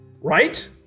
Right